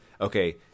okay